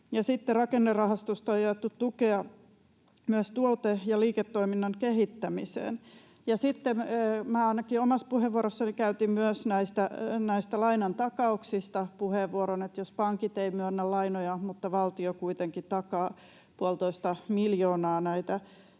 rakennerahastosta on jaettu tukea myös tuote- ja liiketoiminnan kehittämiseen. Ja sitten minä ainakin omassa puheenvuorossani käytin myös näistä lainantakauksista puheenvuoron siitä, jos pankit eivät myönnä lainoja mutta valtio kuitenkin takaa puolitoista miljoonaa näitä